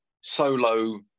solo